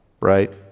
right